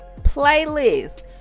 playlist